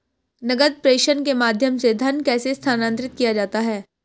नकद प्रेषण के माध्यम से धन कैसे स्थानांतरित किया जाता है?